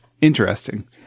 Interesting